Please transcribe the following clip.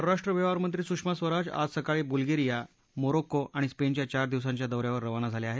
परराष्ट्र व्यवहार मंत्री सुषमा स्वराज आज सकाळी बुल्गेरीया मोरोक्को आणि स्पेनच्या चार दिवसांच्या दौऱ्यावर रवाना झाल्या आहेत